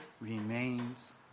remains